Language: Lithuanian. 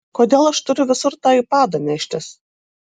kodėl aš turiu visur tą aipadą neštis